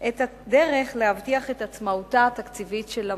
זה את הדרך להבטיח את עצמאותה התקציבית של המועצה.